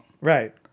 Right